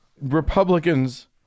Republicans